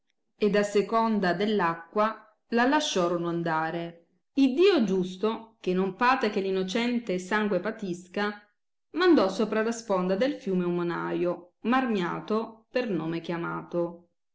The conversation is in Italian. ed a seconda dell acqua la lasciorono andare iddio giusto che non paté che l innocente sangue patisca mandò sopra la sponda del fiume un monaio marni iato per nome chiamato